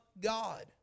God